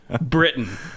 britain